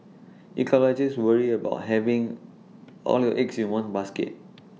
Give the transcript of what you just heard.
ecologists worry about having all your eggs in one basket